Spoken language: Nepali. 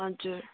हजुर